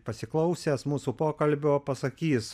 pasiklausęs mūsų pokalbio pasakys